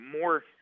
more